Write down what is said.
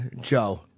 Joe